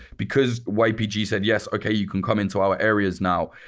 because ypg said, yes, okay, you can come into our areas now.